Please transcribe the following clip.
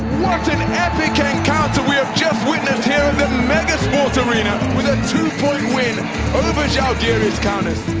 an and epic and encounter we have just witnessed here at the megasport arena! with a two-point win over zalgiris kaunas.